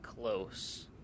close